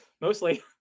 mostly